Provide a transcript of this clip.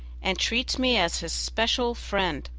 and treats me as his special friend.